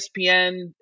ESPN